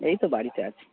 এই তো বাড়িতে আছি